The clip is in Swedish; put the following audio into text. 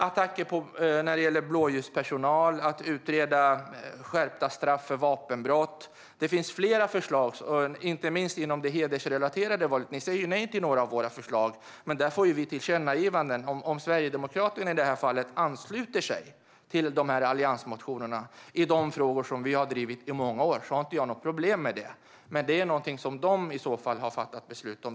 Det handlar till exempel om attacker mot blåljuspersonal och utredning av skärpta straff för vapenbrott. Det finns flera förslag, inte minst beträffande det hedersrelaterade våldet. Ni säger ju nej till några av våra förslag, men där har vi tillkännagivanden. Om Sverigedemokraterna i det här fallet ansluter sig till alliansmotioner i de frågor som vi har drivit i många år har jag inget problem med det. Men det är någonting som de i så fall har fattat beslut om själva.